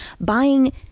buying